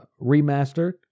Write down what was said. Remastered